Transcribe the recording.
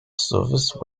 service